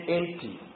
empty